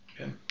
Okay